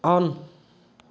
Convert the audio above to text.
on